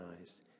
eyes